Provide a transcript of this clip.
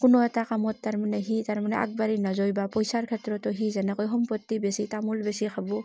কোনো এটা কামত তাৰমানে সি তাৰমানে আগবাঢ়ি নাযায় বা পইচাৰ ক্ষেত্ৰতো সি যেনেকৈ সম্পত্তি বেচি তামোল বেচি খাবো